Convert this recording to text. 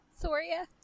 Soria